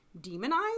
demonized